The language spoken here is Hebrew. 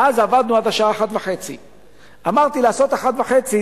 ואז עבדנו עד השעה 13:30. אמרתי: לעשות 13:30,